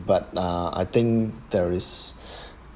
but uh I think there is